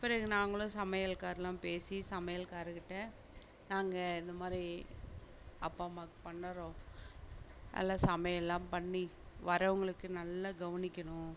பிறகு நாங்களும் சமையல்கார்லாம் பேசி சமையல்காருக்கிட்ட நாங்கள் இந்த மாதிரி அப்பா அம்மாவுக்கு பண்ணறோம் நல்லா சமையல்லாம் பண்ணி வரவங்களுக்கு நல்லா கவனிக்கணும்